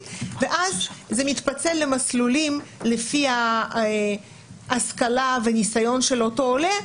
ואז זה מתפצל למסלולים לפי ההשכלה והניסיון של אותו עולה,